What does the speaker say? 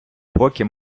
поки